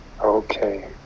okay